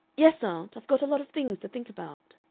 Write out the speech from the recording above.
yes, aunt. i've got a lot of things to think about.